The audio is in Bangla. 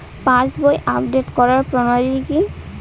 পাসবই আপডেট করার প্রণালী কি?